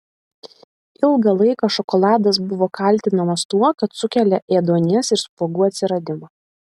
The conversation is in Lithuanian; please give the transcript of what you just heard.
ilgą laiką šokoladas buvo kaltinamas tuo kad sukelia ėduonies ir spuogų atsiradimą